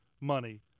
money